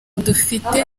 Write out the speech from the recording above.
dufite